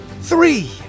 three